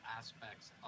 aspects